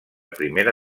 primera